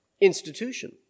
institution